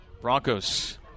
Broncos